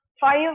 five